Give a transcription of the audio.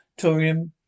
torium